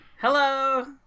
Hello